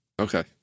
okay